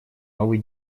новый